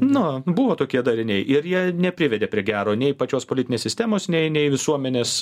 na buvo tokie dariniai ir jie neprivedė prie gero nei pačios politinės sistemos nei nei visuomenės